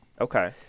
okay